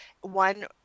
one